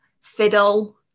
fiddle